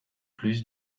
plus